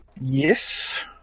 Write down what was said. Yes